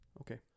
Okay